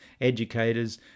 educators